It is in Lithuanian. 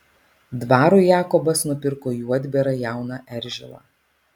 dvarui jakobas nupirko juodbėrą jauną eržilą